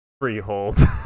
freehold